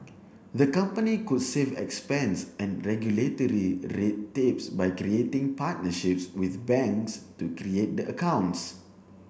the company could save expense and regulatory red tapes by creating partnerships with banks to create the accounts